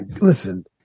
listen